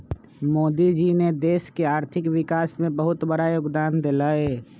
मोदी जी ने देश के आर्थिक विकास में बहुत बड़ा योगदान देलय